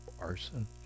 arson